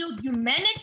humanity